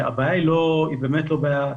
הבעיה היא באמת לא בעיה תקציבית.